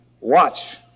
watch